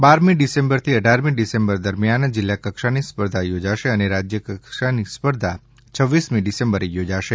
બારમી ડિસેમ્બર થી અઢારમી ડિસેમ્બર દરમિયાન જિલ્લાકક્ષાની સ્પર્ધા યોજાશે અને રાજ્યકક્ષાની સ્પર્ધા છવ્વીસમી ડિસેમ્બરે યોજાશે